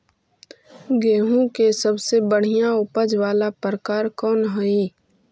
गेंहूम के सबसे बढ़िया उपज वाला प्रकार कौन हई?